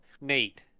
Nate